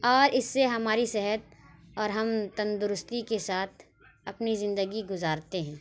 اور اس سے ہماری صحت اور ہم تندرستی کے ساتھ اپنی زندگی گزارتے ہیں